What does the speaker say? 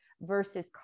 versus